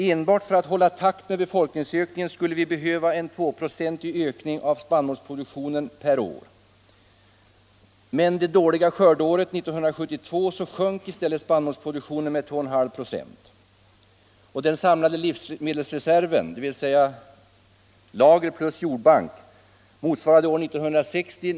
Enbart för att hålla takten med befolkningsökningen skulle vi behöva en tvåprocentig ökning av spannmålsproduktionen per år. Men det dåliga skördeåret 1972 sjönk i stället spannmålsproduktionen med 2,5 procent. Och den samlade livsmedels år 1960.